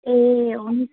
ए हुन्छ